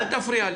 אל תפריע לי.